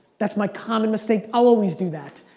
that's my common mistake, i'll always do that.